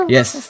Yes